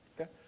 Okay